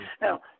Now